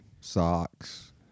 socks